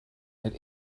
that